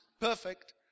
perfect